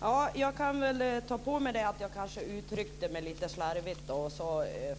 Herr talman! Jag kan ta på mig att jag kanske uttryckte mig lite slarvigt om